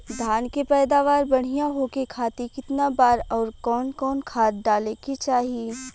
धान के पैदावार बढ़िया होखे खाती कितना बार अउर कवन कवन खाद डाले के चाही?